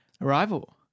Arrival